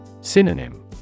Synonym